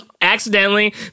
accidentally